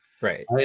right